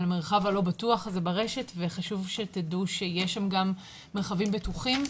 על מרחב הלא בטוח הזה ברשת וחשוב שתדעו שיש שם גם מרחבים בטוחים.